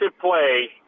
play